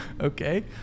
Okay